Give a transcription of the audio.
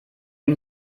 dem